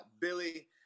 Billy